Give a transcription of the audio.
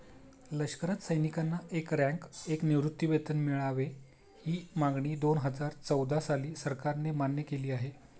लष्करात सैनिकांना एक रँक, एक निवृत्तीवेतन मिळावे, ही मागणी दोनहजार चौदा साली सरकारने मान्य केली आहे